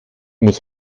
muss